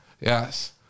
Yes